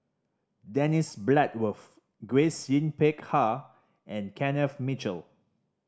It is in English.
Dennis Bloodworth Grace Yin Peck Ha and Kenneth Mitchell